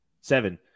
seven